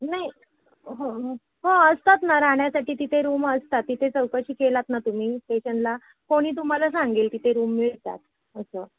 नाही हो हो असतात ना राहण्यासाठी तिथे रूम असतात तिथे चौकशी केलात ना तुम्ही स्टेशनला कोणी तुम्हाला सांगेल तिथे रूम मिळतात असं